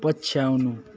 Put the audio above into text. पछ्याउनु